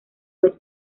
vez